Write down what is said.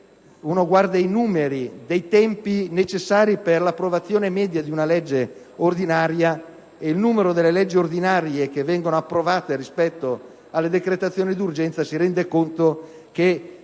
i numeri relativi ai tempi necessari per l'approvazione media di una legge ordinaria e il numero delle leggi ordinarie che vengono approvate rispetto alla decretazione d'urgenza, ci si rende conto che